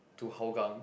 to Hougang